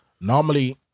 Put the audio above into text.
Normally